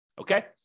okay